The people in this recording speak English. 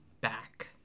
back